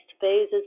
phases